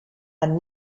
and